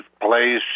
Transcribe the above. place